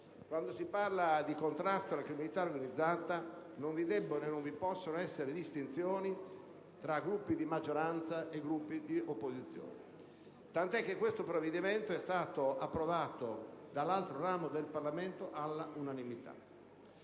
Quando si parla di contrasto alla criminalità organizzata non vi debbono e non vi possono essere distinzioni tra Gruppi di maggioranza e Gruppi di opposizione, tant'è che questo provvedimento è stato approvato dall'altro ramo del Parlamento all'unanimità.